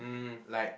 like